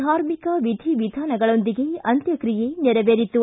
ಧಾರ್ಮಿಕ ವಿಧಿ ವಿಧಾನಗಳೊಂದಿಗೆ ಅಂತ್ಯಕ್ರಿಯೆ ನೇರವೆರಿತು